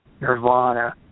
Nirvana